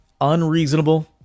unreasonable